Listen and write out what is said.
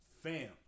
Fam